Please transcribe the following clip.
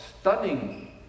stunning